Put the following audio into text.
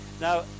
Now